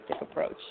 approach